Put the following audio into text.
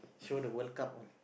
show the World-Cup one